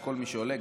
שכל מי שעולה,